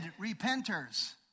repenters